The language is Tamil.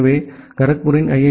எனவே கராக்பூரின் ஐ